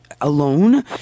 alone